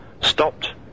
stopped